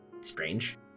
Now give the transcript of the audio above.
strange